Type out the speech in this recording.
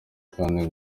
kandi